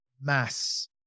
mass